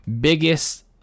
biggest